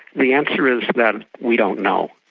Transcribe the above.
the answer is that we don't know.